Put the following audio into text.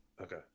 Okay